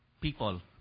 people